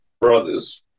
brothers